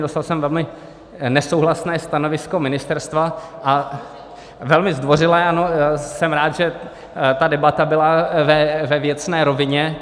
Dostal jsem velmi nesouhlasné stanovisko ministerstva, velmi zdvořilé, ano, jsem rád, že ta debata byla ve věcné rovině.